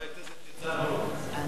חבר הכנסת ניצן הורוביץ.